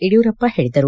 ಯಡಿಯೂರಪ್ಪ ಹೇಳಿದರು